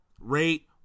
rate